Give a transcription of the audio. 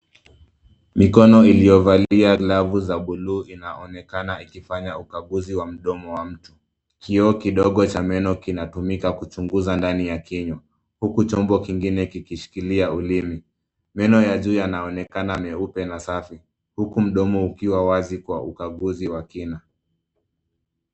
Mikono iliyovalia glavu za buluu inaonekana ikafanya ukaguzi wa mdomo wa mtu. Kioo kidogo cha meno kinatumika kuchunguza ndani ya kinywa huku chombo kingine kikishikilia ulimi. Meno ya juu yanaonekana meupe na safi huku mdomo ukiwa wazi kwa ukaguzi wa kina.